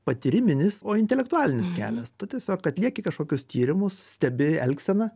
patyriminis o intelektualinis kelias tu tiesiog atlieki kažkokius tyrimus stebi elgseną